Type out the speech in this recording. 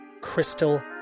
crystal